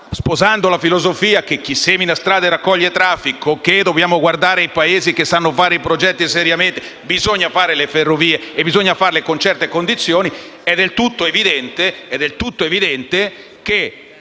sposando la filosofia per cui chi semina strade raccoglie traffico, dobbiamo guardare i Paesi che sanno fare i progetti seriamente, bisogna realizzare le ferrovie e farlo con certe condizioni ed è del tutto evidente che